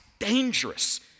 dangerous